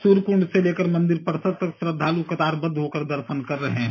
सूर्य कुंड से लेकर मंदिर परिसर तक श्रद्वालु कतारबद्ध होकर दर्शन कर रहे हैं